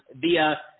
via